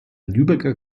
lübecker